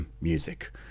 music